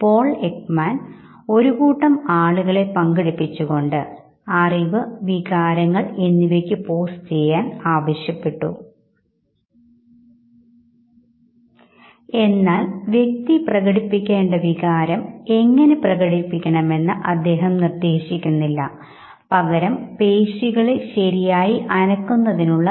നിങ്ങൾ സമാനമായ സാംസ്കാരിക പശ്ചാത്തലം പങ്കിടുന്ന ഒരു സംഘത്തിൽ ആയിരിക്കുമ്പോൾ പ്രകടിപ്പിക്കുന്ന വികാരങ്ങളും തനിച്ചായിരിക്കുമ്പോൾ പ്രകടിപ്പിക്കുന്ന വൈകാരിക പ്രകടനങ്ങളും തമ്മിൽ ഏറെ വ്യത്യാസമുണ്ട്